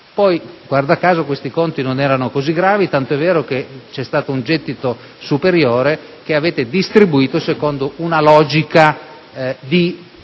poi, guarda caso, questi conti non erano così gravi, tanto è vero che c'è stato un gettito superiore che avete distribuito secondo una logica di